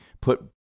put